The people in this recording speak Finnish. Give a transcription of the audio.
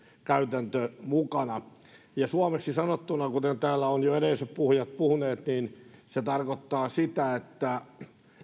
käytäntö mukana suomeksi sanottuna kuten täällä ovat jo edelliset puhujat puhuneet se tarkoittaa sitä että